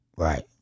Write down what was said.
right